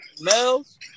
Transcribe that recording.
males